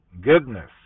goodness